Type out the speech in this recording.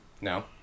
No